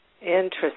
Interesting